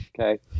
Okay